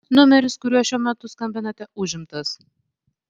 numeris kuriuo šiuo metu skambinate užimtas